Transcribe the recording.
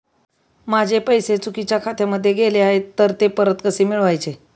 माझे पैसे चुकीच्या खात्यामध्ये गेले आहेत तर ते परत कसे मिळवायचे?